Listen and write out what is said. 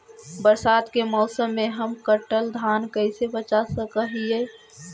बरसात के मौसम में हम कटल धान कैसे बचा सक हिय?